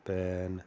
PAN